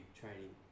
training